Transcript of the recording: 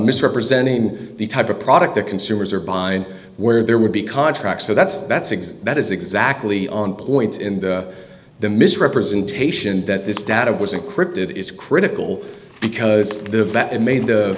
misrepresenting the type of product that consumers are buying where there would be contract so that's that's that is exactly on point in the misrepresentation that this data was encrypted is critical because of that it made the